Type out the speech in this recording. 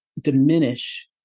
diminish